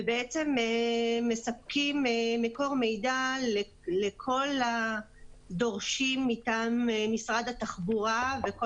ובעצם מספקים מקור מידע לכל הדורשים מטעם משרד התחבורה וכל